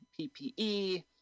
PPE